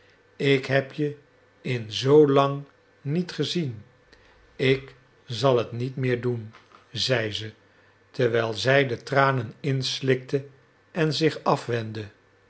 ik heb je in zoo lang niet gezien ik zal het niet meer doen zei ze terwijl zij de tranen inslikte en zich afwendde